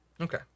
Okay